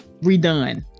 redone